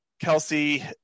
kelsey